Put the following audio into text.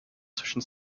zwischen